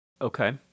Okay